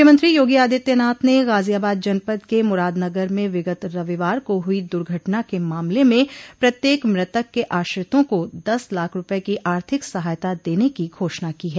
मुख्यमंत्री योगी आदित्यनाथ ने गाजियाबाद जनपद के मुरादनगर में विगत रविवार को हुई दुर्घटना के मामले में प्रत्येक मृतक के आश्रितों को दस लाख रूपये की आर्थिक सहायता देने की घोषणा की है